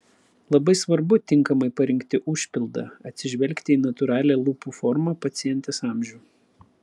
labai svarbu tinkamai parinkti užpildą atsižvelgti į natūralią lūpų formą pacientės amžių